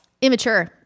immature